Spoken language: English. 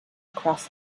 across